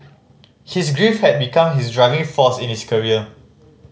his grief had become his driving force in his career